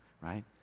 Right